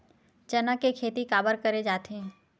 चना के खेती काबर करे जाथे?